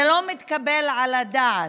זה לא מתקבל על הדעת.